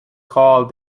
called